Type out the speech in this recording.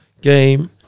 game